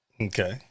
Okay